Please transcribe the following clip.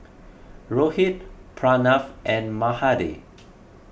Rohit Pranav and Mahade